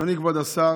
אדוני כבוד השר,